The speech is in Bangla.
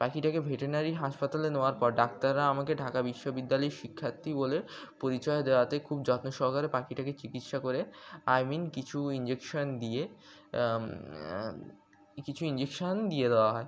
পাখিটাকে ভেটেরনারি হাসপাতালে নেওয়ার পর ডাক্তাররা আমাকে ঢাকা বিশ্ববিদ্যালয়ের শিক্ষার্থী বলে পরিচয় দেওয়াতে খুব যত্ন সহকারে পাখিটাকে চিকিৎসা করে আই মিন কিছু ইঞ্জেকশন দিয়ে কিছু ইঞ্জেকশন দিয়ে দেওয়া হয়